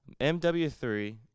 MW3